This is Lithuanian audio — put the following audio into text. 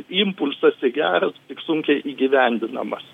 impulsas tai geras tik sunkiai įgyvendinamas